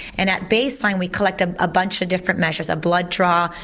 and at base line we collected a bunch of different measure, a blood trial,